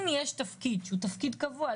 אם יש תפקיד קבוע,